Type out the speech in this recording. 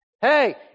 hey